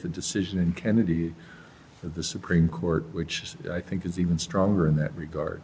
the decision and indeed the supreme court which i think is even stronger in that regard